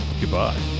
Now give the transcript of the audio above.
Goodbye